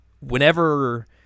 whenever